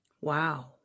Wow